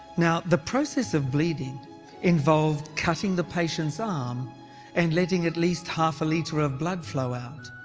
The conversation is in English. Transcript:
now the process of bleeding involved cutting the patient's arm and letting at least half a litre of blood flow out.